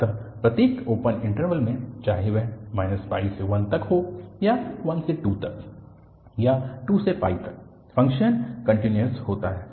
अतः प्रत्येक open interval में चाहे वह से 1 तक हो या 1 से 2 तक या 2 से तक फ़ंक्शन कन्टिन्यूअस होता है